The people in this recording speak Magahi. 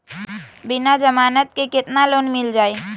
बिना जमानत के केतना लोन मिल जाइ?